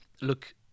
look